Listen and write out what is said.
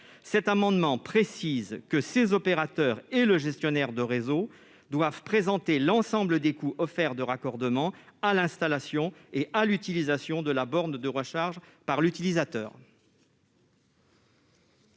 objet de préciser que ces opérateurs et le gestionnaire de réseau doivent présenter l'ensemble des coûts afférents au raccordement, à l'installation et à l'utilisation de la borne de recharge par l'utilisateur.